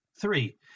Three